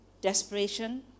desperation